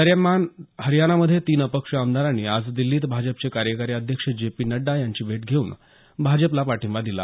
दरम्यान हरयाणामध्ये तीन अपक्ष आमदारांनी आज दिल्लीत भाजपचे कार्यकारी अध्यक्ष जे पी नड्डा यांची भेट घेऊन भाजपला पाठिंबा दिला